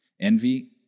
Envy